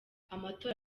amatora